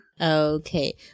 Okay